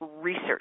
research